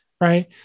right